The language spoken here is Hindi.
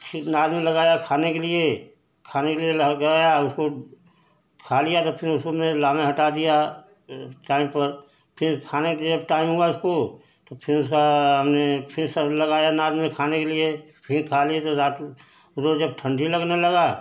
फिर नाद में लगाया खाने के लिए खाने के लिए लगाया उसको खा लिया तो फिर उसको मैंने लाना हटा दिया टाइम पर फिर खाने के जब टाइम हुआ उसको तो फिर उसका हमने फिर सब लगाया नाद में खाने के लिए फिन खा लिए तो रात में उसको जब ठंडी लगने लगा